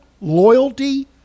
loyalty